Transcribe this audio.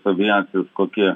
aviacijos kokie